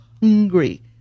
hungry